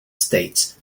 states